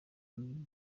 rya